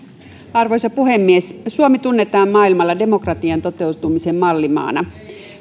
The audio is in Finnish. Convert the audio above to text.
arvoisa puhemies suomi tunnetaan maailmalla demokratian toteutumisen mallimaana